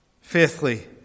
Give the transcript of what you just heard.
Fifthly